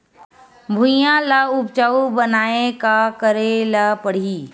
भुइयां ल उपजाऊ बनाये का करे ल पड़ही?